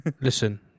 Listen